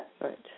right